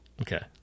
Okay